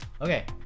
Okay